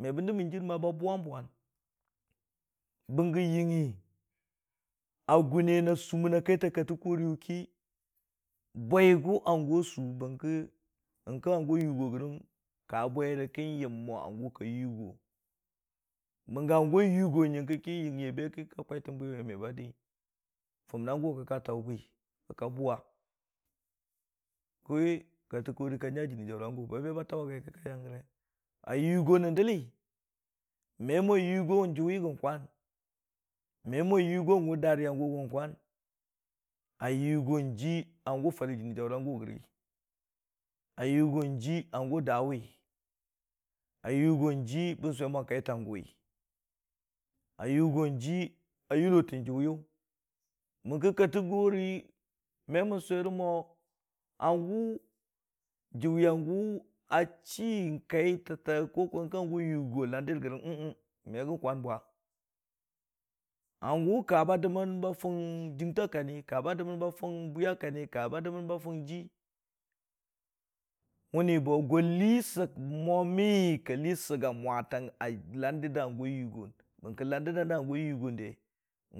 Bəngə yɨngi a gʊne ki, na sʊmən a kaita. Kattəkoriyʊ ki, bwiigo hangʊ a sʊ, bəngki nyəngkə inangʊ a yogorəng ba bwire kən yəm mo hangir ka yogo, bəngə hangʊ ki, yingi a be ki ka kwaitəng bwiwe me ba dii, fʊnang gu ki ka taʊ bwi, ki ka bʊwa, ki kattəkori ka nya jinii jaʊrang gʊ ba be ba tau wa gai ki ki ka yanggəre. A yogo nən dəlli, me mo yogo nijuwi gən kwan me mo yogo gʊ daringa gʊ gən kwan, a yogo jii hangʊ farə jɨnii jaʊranga gəre, a yogo jii hangʊ dawi, a yogo jii bən sʊwe mʊng kaitangʊwi, ji a yullotəng juwe yʊ, bən kə kattəkori me mən sʊwe rə mo hangʊ sʊwe a gʊ a chii kaitəta nyəngki hangʊ yʊgo landər da gən gərəng me gən kwan bwa, hangʊ ka ba dəmməng ba fʊng jɨgta kanni, ka ba dəmmang a fʊng bwiya kanni, ka ba dəmmən a fʊng jii, mənni bo gwa lii sək mʊmi ka lii sək ga mwatang a landər da hangʊ a yɨggong, bənki landər dandu hangʊ a tʊgon de